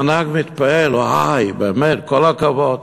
והנהג מתפעל: וואו, באמת כל הכבוד.